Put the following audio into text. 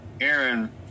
Aaron